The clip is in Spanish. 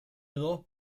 dos